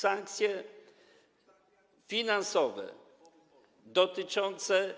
Sankcje finansowe dotyczące